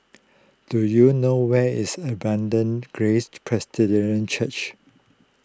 do you know where is Abundant Grace Presbyterian Church